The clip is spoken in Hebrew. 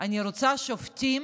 אני רוצה שופטים,